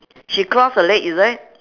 she cross her leg is it